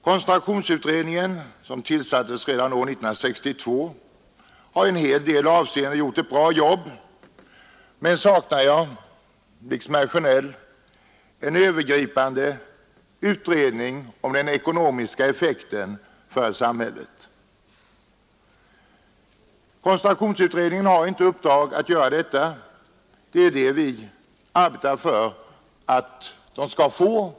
Koncentrationsutredningen, som tillsattes redan år 1962, har i en hel del avseenden gjort ett bra jobb, men jag liksom herr Sjönell saknar en övergripande utredning om den ekonomiska effekten för samhället. Koncentrationsutredningen har inte i uppdrag att göra detta. Det är det vi arbetar för att den skall få.